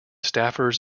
staffers